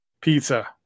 pizza